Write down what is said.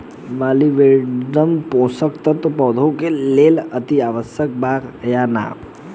Molybdenum पोषक तत्व पौधा के लेल अतिआवश्यक बा या न?